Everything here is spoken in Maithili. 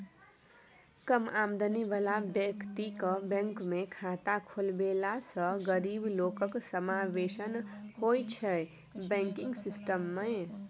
कम आमदनी बला बेकतीकेँ बैंकमे खाता खोलबेलासँ गरीब लोकक समाबेशन होइ छै बैंकिंग सिस्टम मे